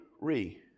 re